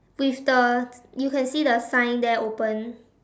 with the you can see the sign there open